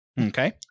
Okay